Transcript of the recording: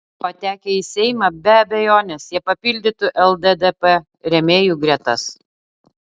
patekę į seimą be abejonės jie papildytų lddp rėmėjų gretas